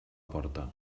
porta